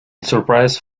surprise